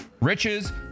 riches